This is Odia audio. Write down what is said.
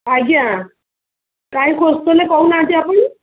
ଆଜ୍ଞା କାଇଁ ଖୋଜୁଥିଲେ କହୁ ନାହାଁନ୍ତି ଆପଣ